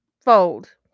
fold